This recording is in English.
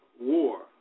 war